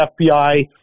FBI